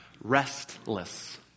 restless